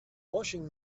washing